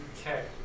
Okay